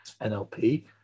NLP